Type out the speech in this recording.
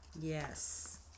Yes